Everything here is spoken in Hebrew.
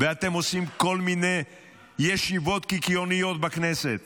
ואתם עושים כל מיני ישיבות קיקיוניות בכנסת